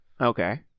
Okay